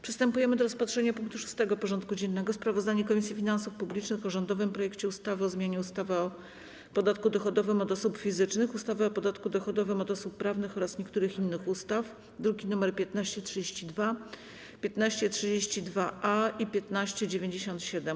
Przystępujemy do rozpatrzenia punktu 6. porządku dziennego: Sprawozdanie Komisji Finansów Publicznych o rządowym projekcie ustawy o zmianie ustawy o podatku dochodowym od osób fizycznych, ustawy o podatku dochodowym od osób prawnych oraz niektórych innych ustaw (druki nr 1532, 1532-A i 1597)